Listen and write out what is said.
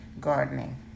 gardening